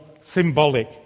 symbolic